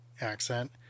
accent